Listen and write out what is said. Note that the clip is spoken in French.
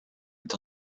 est